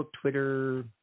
Twitter